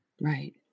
Right